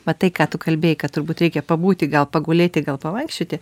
va tai ką tu kalbėjai kad turbūt reikia pabūti gal pagulėti gal pavaikščioti